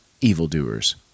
evildoers